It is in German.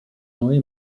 neue